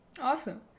Awesome